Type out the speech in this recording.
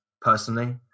personally